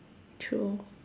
true